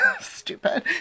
stupid